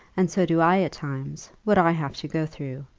and so do i at times, what i have to go through.